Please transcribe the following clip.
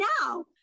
now